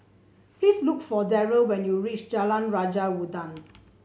please look for Derrell when you reach Jalan Raja Udang